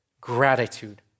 gratitude